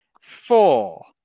Four